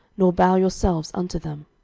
nor bow yourselves unto them